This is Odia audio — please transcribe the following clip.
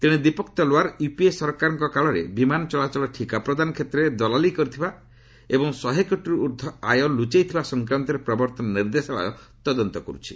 ତେଶେ ଦୀପକ ତଲୱାର ୟୁପିଏ ସରକାର କାଳରେ ବିମାନ ଚଳାଚଳ ଠିକା ପ୍ରଦାନ କ୍ଷେତ୍ରରେ ଦଲାଲି କରିଥିବା ଏବଂ ଶହେକୋଟିରୁ ଊର୍ଦ୍ଧ୍ୱ ଆୟ ଲୁଚେଇଥିବା ସଂକ୍ରାନ୍ତରେ ପ୍ରବର୍ତ୍ତନ ନିର୍ଦ୍ଦେଶାଳୟ ତଦନ୍ତ କରୁଛି